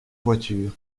voiture